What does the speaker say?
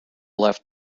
left